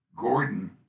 Gordon